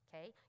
okay